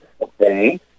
Okay